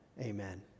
Amen